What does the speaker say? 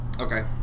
Okay